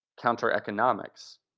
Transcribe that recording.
Counter-economics